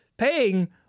paying